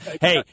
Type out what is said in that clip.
Hey